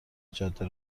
جاده